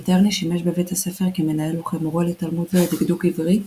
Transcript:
מיטרני שימש בבית הספר כמנהל וכמורה לתלמוד ולדקדוק עברי,